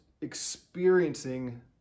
experiencing